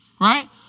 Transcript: right